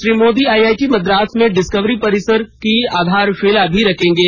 Shri Modi IIT Madras में discovery परिसर की आधारशिला भी रखेंगे